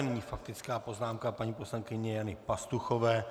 Nyní faktická poznámka paní poslankyně Jany Pastuchové.